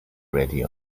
ready